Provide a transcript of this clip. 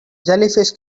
jellyfish